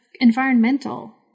environmental